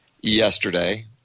yesterday